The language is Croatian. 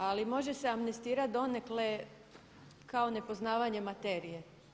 Ali može se amnestirati donekle kao nepoznavanje materije.